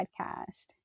podcast